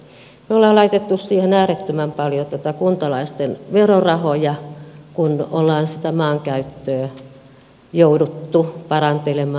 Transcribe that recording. me olemme laittaneet siihen äärettömän paljon kuntalaisten verorahoja kun olemme sitä maankäyttöä joutuneet parantelemaan